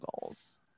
goals